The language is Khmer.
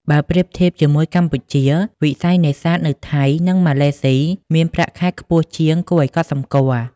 បើប្រៀបធៀបជាមួយកម្ពុជា វិស័យនេសាទនៅថៃ និងម៉ាឡេស៊ីមានប្រាក់ខែខ្ពស់ជាងគួរឱ្យកត់សម្គាល់។